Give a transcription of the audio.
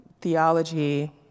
theology